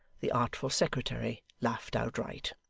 the artful secretary laughed outright.